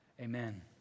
Amen